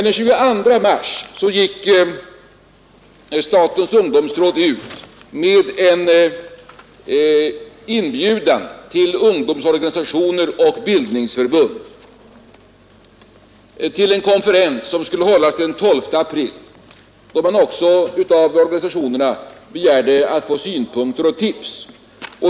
Den 22 mars gick emellertid statens ungdomsråd ut till ungdomsorganisationer och bildningsförbund med en inbjudan till en konferens som skulle hållas den 12 april. Man begärde också av organisationerna att få synpunkter och tips.